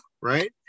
right